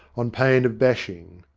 on pain of bashing.